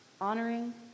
honoring